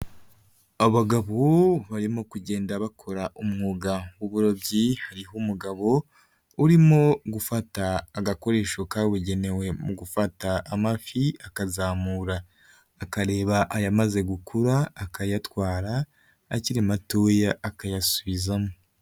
Abagabo barimo kugenda bakora umwuga w'uburobyi hariho umugabo urimo gufata agakoresho kabugenewe mu gufata amafi akazamura akareba ayamaze gukura akayatwara akiri matoya akayasubizamo.